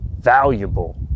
valuable